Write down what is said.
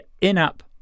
in-app